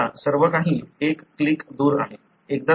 आता सर्वकाही एक क्लिक दूर आहे